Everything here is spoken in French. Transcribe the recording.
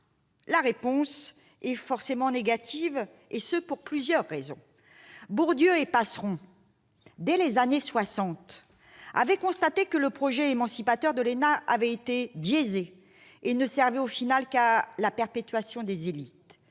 la réponse est forcément négative, et ce pour plusieurs raisons. Pierre Bourdieu et Jean-Claude Passeron, dès les années soixante, avaient constaté que le projet émancipateur de l'ENA avait été biaisé et ne servait finalement qu'à la perpétuation des élites.